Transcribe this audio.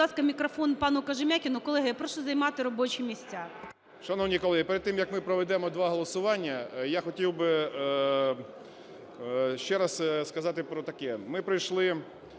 мікрофон пану Кожем'якіну. Колеги, я прошу займати робочі місця. 10:23:19 КОЖЕМ’ЯКІН А.А. Шановні колеги, перед тим, як ми проведемо два голосування, я хотів би ще раз сказати про таке. Ми пройшли